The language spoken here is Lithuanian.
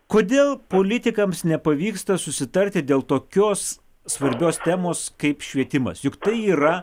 kodėl politikams nepavyksta susitarti dėl tokios svarbios temos kaip švietimas juk tai yra